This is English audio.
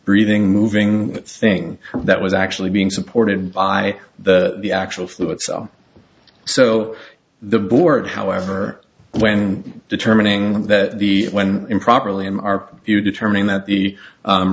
breathing moving thing that was actually being supported by the actual flu itself so the board however when determining that the when improperly and are you determining that the